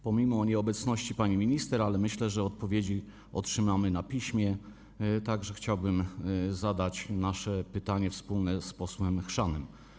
Pomimo nieobecności pani minister - ale myślę, że odpowiedzi otrzymamy na piśmie - chciałbym zadać nasze pytanie, wspólne z posłem Chrzanem.